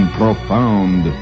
profound